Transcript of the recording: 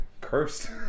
cursed